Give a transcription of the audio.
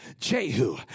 Jehu